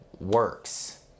works